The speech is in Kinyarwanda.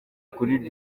kuri